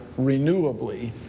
renewably